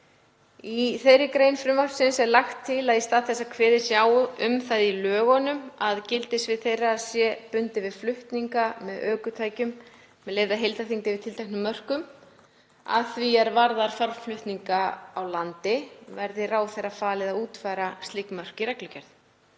Í þeirri grein frumvarpsins er lagt til að í stað þess að kveðið sé á um það í lögunum að gildissvið þeirra sé bundið við flutninga með ökutækjum með leyfða heildarþyngd yfir tilteknum mörkum, að því er varðar farmflutninga á landi, verði ráðherra falið að útfæra slík mörk í reglugerð.